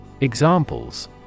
Examples